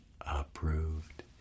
approved